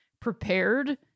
prepared